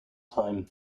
time